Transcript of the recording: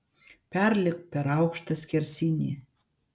perlipk per aukštą skersinį